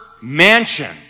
mansion